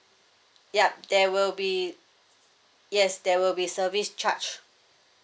yup there will be yes there will be service charge